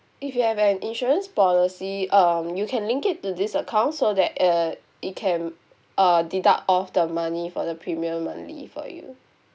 if you have an insurance policy um you can link it to this account so that uh it can uh deduct off the money for the premium monthly for you